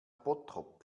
bottrop